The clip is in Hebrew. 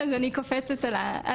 אז אני קופצת על ההזדמנות.